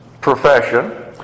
profession